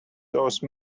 those